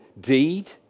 deed